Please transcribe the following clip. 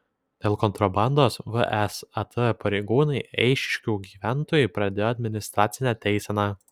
dėl kontrabandos vsat pareigūnai eišiškių gyventojui pradėjo administracinę teiseną